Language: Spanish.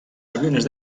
aviones